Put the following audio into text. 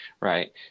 right